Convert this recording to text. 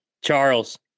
Charles